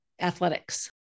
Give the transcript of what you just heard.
athletics